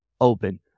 open